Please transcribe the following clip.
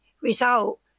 result